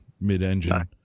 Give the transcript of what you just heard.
mid-engine